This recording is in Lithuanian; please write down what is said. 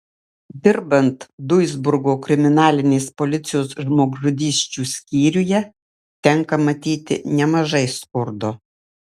dirbant duisburgo kriminalinės policijos žmogžudysčių skyriuje tenka matyti nemažai skurdo